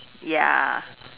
ya